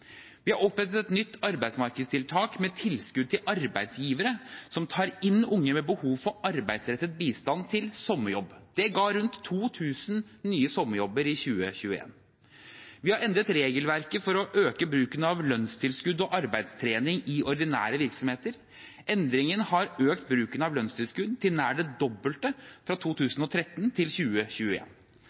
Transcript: Vi har opprettet et nytt arbeidsmarkedstiltak med tilskudd til arbeidsgivere som tar inn unge med behov for arbeidsrettet bistand til sommerjobb. Det ga rundt 2 000 nye sommerjobber i 2021. Vi har endret regelverket for å øke bruken av lønnstilskudd og arbeidstrening i ordinære virksomheter. Endringene har økt bruken av lønnstilskudd til nær det dobbelte fra 2013 til